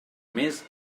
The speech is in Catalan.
més